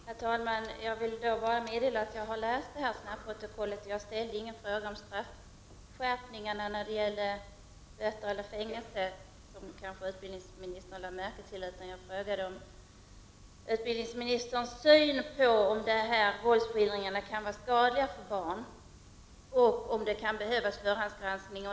Herr talman! Jag vill meddela att jag har läst snabbprotokollet. Jag ställde ingen fråga om straffskärpningar när det gäller böter och fängelse, utan jag frågade om utbildningsministern anser att våldsskildringar kan vara farliga för barn och om det kan behövas förhandsgranskning.